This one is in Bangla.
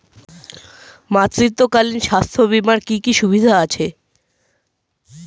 মাতৃত্বকালীন স্বাস্থ্য বীমার কি কি সুবিধে আছে?